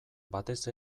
batez